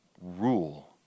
rule